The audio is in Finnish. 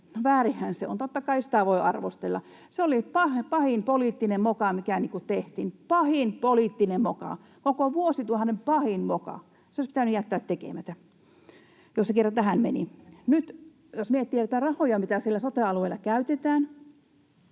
väärinhän se on. Totta kai sitä voi arvostella. Se oli pahin poliittinen moka, mikä tehtiin, pahin poliittinen moka, koko vuosituhannen pahin moka. Se olisi pitänyt jättää tekemättä, jos se kerran tähän meni. Nyt,